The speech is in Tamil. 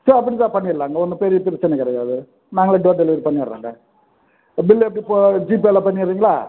சரி அப்படியே பண்ணிடலாங்க ஒன்றும் பெரிய பிரச்சின கிடையாது நாங்களே டோர் டெலிவரி பண்ணிடுறோங்க இது பில்லு எப்படி இப்போது ஜிபேயில் பண்ணிடுறீங்களா